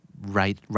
Right